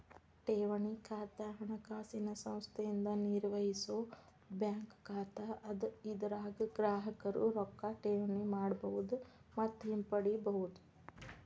ಠೇವಣಿ ಖಾತಾ ಹಣಕಾಸಿನ ಸಂಸ್ಥೆಯಿಂದ ನಿರ್ವಹಿಸೋ ಬ್ಯಾಂಕ್ ಖಾತಾ ಅದ ಇದರಾಗ ಗ್ರಾಹಕರು ರೊಕ್ಕಾ ಠೇವಣಿ ಮಾಡಬಹುದು ಮತ್ತ ಹಿಂಪಡಿಬಹುದು